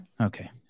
okay